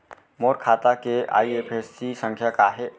मोर खाता के आई.एफ.एस.सी संख्या का हे?